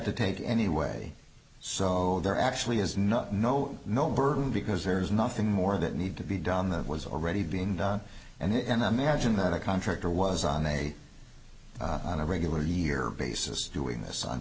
to take anyway so there actually is not no no burden because there is nothing more that needs to be don that was already being done and an american than a contractor was on a on a regular year basis doing this on